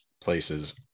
places